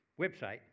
website